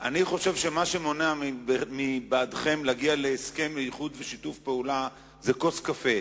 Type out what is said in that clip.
אני חושב שמה שמונע בעדכם להגיע להסכם איחוד ושיתוף פעולה זה כוס קפה.